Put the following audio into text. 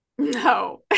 no